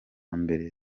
mbere